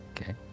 Okay